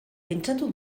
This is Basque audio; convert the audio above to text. pentsatu